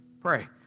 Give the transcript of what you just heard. pray